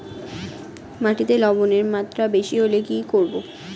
মাটিতে লবণের মাত্রা বেশি হলে কি করব?